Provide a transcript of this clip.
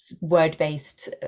word-based